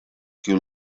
kiu